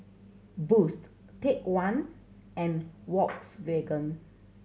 Boost Take One and Volkswagen